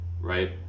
right